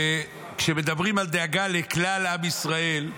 וכשמדברים על דאגה לכלל עם ישראל,